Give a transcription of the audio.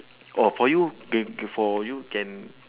oh for you ca~ for you can